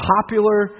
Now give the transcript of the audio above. popular